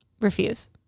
Refuse